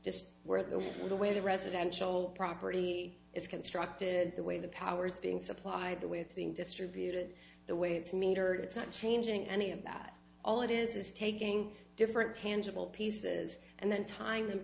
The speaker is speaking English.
just where the way the residential property is constructed the way the power is being supplied the way it's being distributed the way it's metered it's not changing any of that all it is is taking different tangible pieces and then tying them